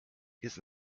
jest